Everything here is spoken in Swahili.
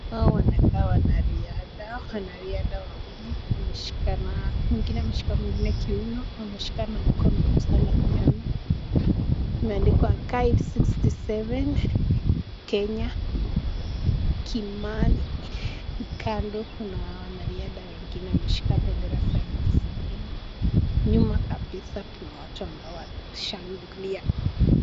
Hawa wanakaa wanariadha. Wanariadha wawili wameshikana. Mwingine ameshika mwingine kiuno, wameshikana mkono kusalamiana. Imeandikwa guide 67 Kenya, Kimani. Kando kuna wanariadha wengine wameshika bendera za nchi zingine, nyuma kabisa kuna watu ambao wanashangilia.